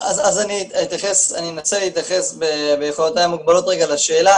אני אנסה להתייחס ביכולותיי המוגבלות לשאלה.